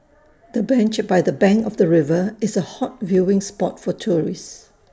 the bench by the bank of the river is A hot viewing spot for tourists